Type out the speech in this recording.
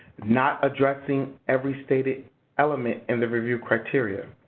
not addressing every stated element in the review criteria.